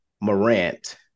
Morant